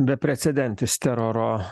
beprecedentis teroro